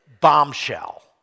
bombshell